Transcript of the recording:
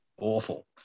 awful